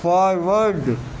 forward